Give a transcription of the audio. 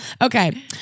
Okay